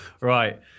Right